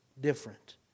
different